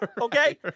okay